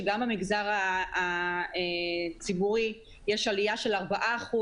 אנחנו יכולים לראות שגם במגזר הציבורי יש עלייה של 4%